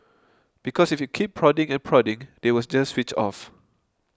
because if you keep prodding and prodding they will just switch off